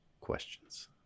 questions